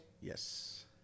Yes